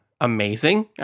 Amazing